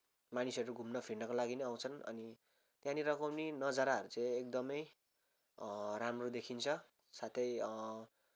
मानिसहरू घुम्न फिर्नको सागि पनि आउँछन् अनि त्यहाँनिरको पनि नजाराहरू चाहिँ एकदमै राम्रो देखिन्छ साथै